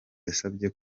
yasabye